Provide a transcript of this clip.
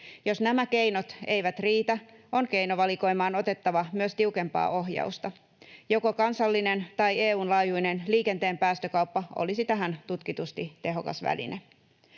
Jos nämä keinot eivät riitä, on keinovalikoimaan otettava myös tiukempaa ohjausta. Joko kansallinen tai EU:n laajuinen liikenteen päästökauppa olisi tähän tutkitusti tehokas väline.